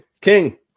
King